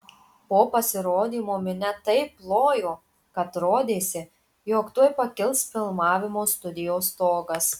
po pasirodymo minia taip plojo kad rodėsi jog tuoj pakils filmavimo studijos stogas